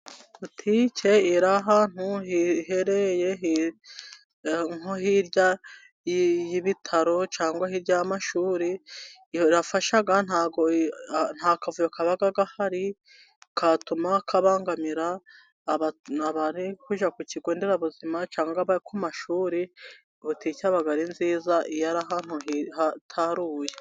Botike iri ahantu hihereye hirya y'ibitaro cyangwa y'amashuri yafashaga nta kavuyo kaba gahari katuma kabangamira abakiriya baje ku kigo nderabuzima cyangwa ku mashuri. Botike aba ari nziza iyo ari ahantu hitaruye.